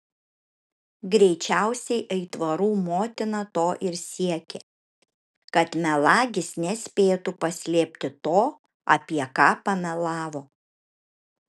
greičiausiai aitvarų motina to ir siekė kad melagis nespėtų paslėpti to apie ką pamelavo